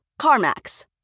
CarMax